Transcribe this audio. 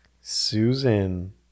susan